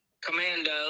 Commando